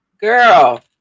Girl